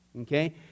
Okay